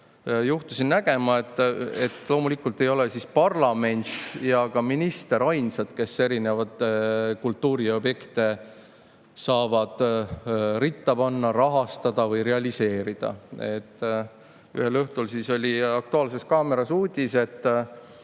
juhtusin nägema. Loomulikult ei ole parlament ja minister ainsad, kes saavad erinevaid kultuuriobjekte ritta panna, rahastada või realiseerida. Ühel õhtul oli "Aktuaalses kaameras" uudis, et